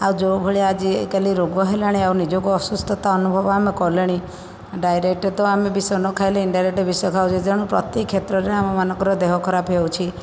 ଆଉ ଯୋଉ ଭଳିଆ ଆଜିକାଲି ରୋଗ ହେଲାଣି ଆଉ ନିଜକୁ ଅସୁସ୍ଥତା ଅନୁଭବ ଆମେ କଲେଣି ଡାଇରେକ୍ଟ ତ ଆମେ ବିଷ ନ ଖାଇଲେ ଇଣ୍ଡାଇରେକ୍ଟ ବିଷ ଖାଉଛେ ତେଣୁ ପ୍ରତି କ୍ଷେତ୍ରରେ ଆମମାନଙ୍କର ଦେହ ଖରାପ ହେଉଛି